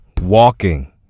Walking